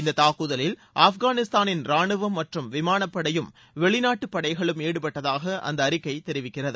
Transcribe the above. இந்த தாக்குதலில் ஆப்கானிஸ்தானின் ரானுவம் மற்றும் விமானப்படையும் வெளிநாட்டு படைகளும் ஈடுபட்டதாக அந்த அறிக்கை தெரிவிக்கிறது